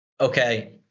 okay